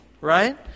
right